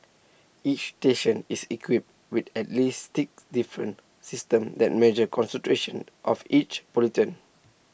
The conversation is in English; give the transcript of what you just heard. each station is equipped with at least six different systems that measure concentrations of each pollutant